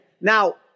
now